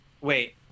Wait